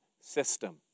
system